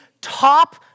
top